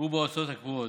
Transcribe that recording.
ובהוצאות קבועות,